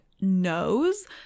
knows